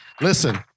Listen